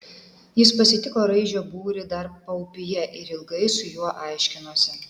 jis pasitiko raižio būrį dar paupyje ir ilgai su juo aiškinosi